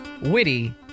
witty